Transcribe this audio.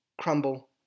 crumble